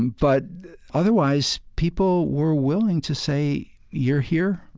but otherwise, people were willing to say, you're here.